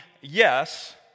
yes